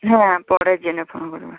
হ্যাঁ পরে জেনে ফোন করবে